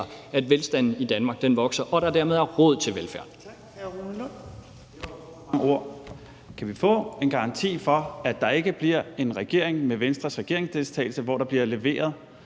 at velstanden i Danmark vokser, og at der dermed er råd til velfærd.